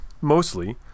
mostly